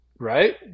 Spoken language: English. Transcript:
Right